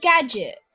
Gadget